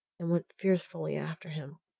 and went fearfully after him.